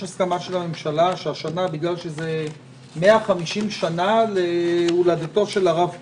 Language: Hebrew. תקציב: "השתתפות אוצר המדינה בהפעלתו של חוק זה,